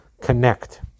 connect